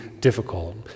difficult